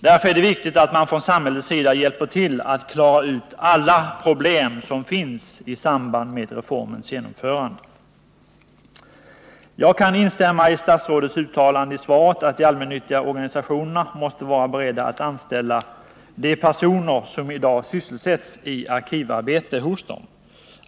Därför är det viktigt att man från samhällets sida hjälper till att klara ut alla problem som finns i samband med reformens genomförande. Jag kan instämma i statsrådets uttalande i svaret att de allmännyttiga organisationerna måste vara beredda att anställa de personer som i dag sysselsätts i arkivarbete hos dem.